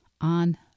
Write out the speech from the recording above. on